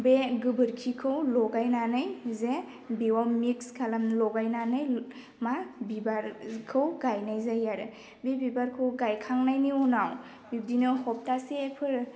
बे गोबोरखिखौ लगायनानै जे बेयाव मिक्स खालाम लगायनानै मा बिबारखौ गायनाय जायो आरो बे बिबारखौ गायखांनायनि उनाव बिब्दिनो सप्तासेफोर